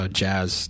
jazz